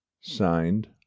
signed